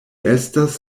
estas